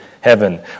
heaven